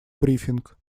брифинг